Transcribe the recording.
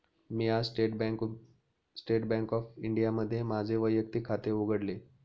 मी आज state bank of इंडियामध्ये माझे वैयक्तिक खाते उघडले